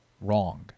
wrong